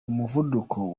umuvuduko